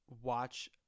Watch